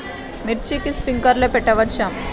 మిర్చికి స్ప్రింక్లర్లు పెట్టవచ్చా?